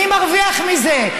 מי מרוויח מזה?